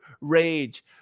rage